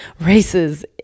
races